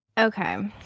Okay